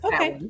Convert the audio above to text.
Okay